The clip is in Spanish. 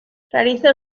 realizó